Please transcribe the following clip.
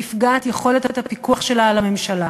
נפגעת יכולת הפיקוח שלה על הממשלה.